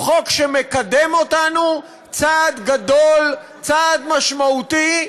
הוא חוק שמקדם אותנו צעד גדול, צעד משמעותי,